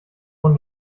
und